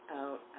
out